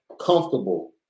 comfortable